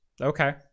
Okay